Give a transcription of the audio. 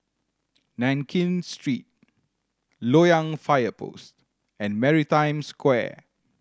Nankin Street Loyang Fire Post and Maritime Square